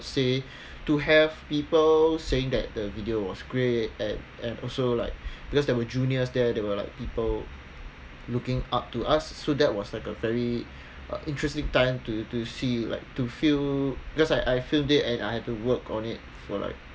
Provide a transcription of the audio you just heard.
say to have people saying that the video was great and and also like because there were juniors there they were like people looking up to us so that was like a very uh interesting time to to see like to feel because I I feel that and I had to work on it for like